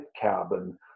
cabin